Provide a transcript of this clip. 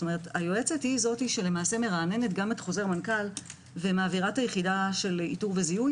היועצת מרעננת גם את חוזר מנכ"ל ומעבירה את היחידה של איתור וזיהוי.